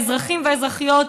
האזרחים והאזרחיות,